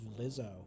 Lizzo